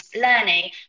learning